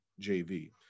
JV